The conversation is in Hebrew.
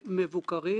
חד-משמעת